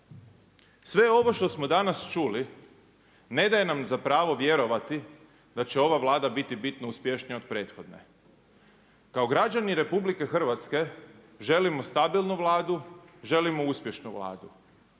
sve ovo što smo danas čuli ne daje nam za pravo vjerovati da će ova Vlada biti bitno uspješnija od prethodne. Kao građani Republike Hrvatske želimo stabilnu Vladu, želimo uspješnu Vladu.